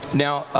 now,